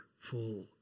full